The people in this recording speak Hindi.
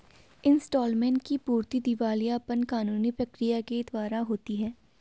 इंसॉल्वेंट की पुष्टि दिवालियापन कानूनी प्रक्रिया के द्वारा होती है